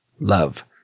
Love